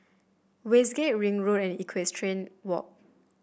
Westgate Ring Road and Equestrian Walk